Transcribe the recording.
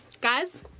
guys